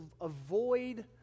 avoid